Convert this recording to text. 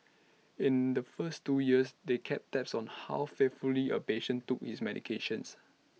in the first two years they kept tabs on how faithfully A patient took his medications